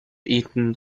eaten